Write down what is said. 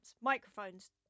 Microphones